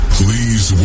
please